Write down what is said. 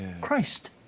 Christ